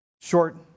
short